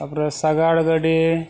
ᱛᱟᱨᱯᱚᱨᱮ ᱥᱟᱜᱟᱲ ᱜᱟᱹᱰᱤ